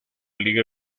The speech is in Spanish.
liga